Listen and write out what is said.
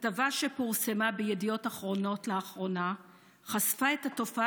כתבה שפורסמה בידיעות אחרונות לאחרונה חשפה את התופעה